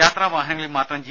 യാത്രാ വാഹനങ്ങളിൽ മാത്രം ജി